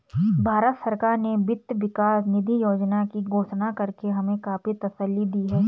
भारत सरकार ने वित्त विकास निधि योजना की घोषणा करके हमें काफी तसल्ली दी है